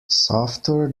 software